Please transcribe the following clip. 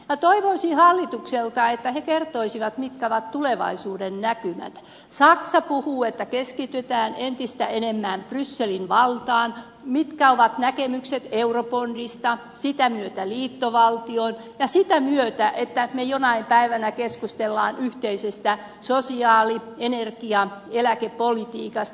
minä toivoisin hallitukselta että se kertoisi mitkä ovat tulevaisuudennäkymät saksa puhuu että keskitytään entistä enemmän brysselin valtaan mitkä ovat näkemykset eurobondista sen myötä mennään liittovaltioon ja sen myötä siihen että me jonain päivänä keskustelemme yhteisestä sosiaali energia eläkepolitiikasta